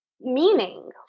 meaning